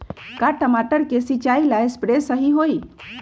का टमाटर के सिचाई ला सप्रे सही होई?